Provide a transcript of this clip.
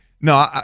no